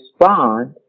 respond